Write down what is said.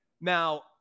Now